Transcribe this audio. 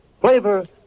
Flavor